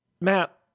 Matt